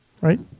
Right